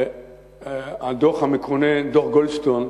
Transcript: הדוח המכונה דוח-גולדסטון,